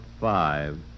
five